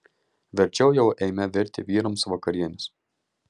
verčiau jau eime virti vyrams vakarienės